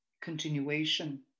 continuation